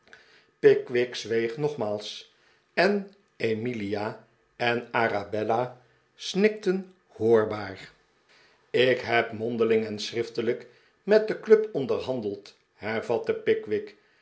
pickwick zweeg nogmaals en emilia en arabella snikten hoorbaar ik heb mondeling en schriftelijk met de club onderhandeld hervatte pickwick